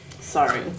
Sorry